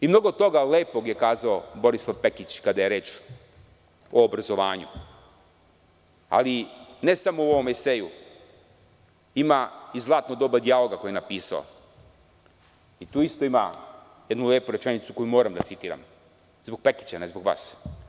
I mnogo toga lepog je kazao Borislav Pekić kada je reč o obrazovanju ali ne samo u ovom eseju ima i „Zlatno doba dijaloga“ koje je napisao i tu ima isto jednu lepu rečenicu koju moram da citiram, zbog Pekića, a ne zbog vas.